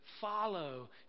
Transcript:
follow